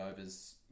Overs